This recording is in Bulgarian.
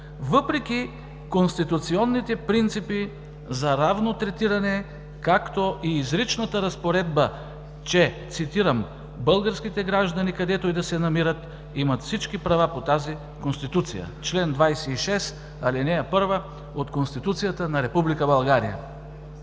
въпреки конституционните принципи за равно третиране, както и изричната разпоредба, че, цитирам: „Българските граждани, където и да се намират, имат всички права по тази Конституция“ – чл. 26, ал. 1 от Конституцията на Република България.